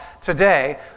today